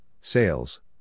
sales